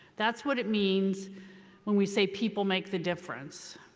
that's what it means when we say people make the difference.